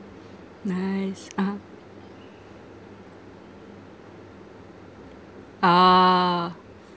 nice (uh huh) ah